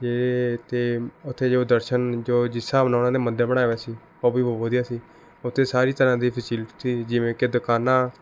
ਜੇ ਅਤੇ ਉੱਥੇ ਜੋ ਦਰਸ਼ਨ ਜੋ ਜਿਸ ਹਿਸਾਬ ਨਾਲ ਉਨ੍ਹਾਂ ਨੇ ਮੰਦਰ ਬਣਾਇਆ ਹੋਇਆ ਸੀ ਉਹ ਵੀ ਬਹੁਤ ਵਧੀਆ ਸੀ ਉੱਥੇ ਸਾਰੀ ਤਰ੍ਹਾਂ ਦੀ ਫਸਿਲਟੀ ਜਿਵੇਂ ਕਿ ਦੁਕਾਨਾਂ